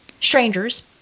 Strangers